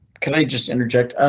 can i just interject,